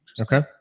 Okay